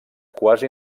quasi